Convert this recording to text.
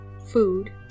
food